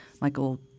Michael